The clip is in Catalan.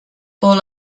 paul